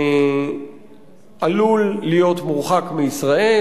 עלול להיות מורחק מישראל.